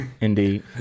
indeed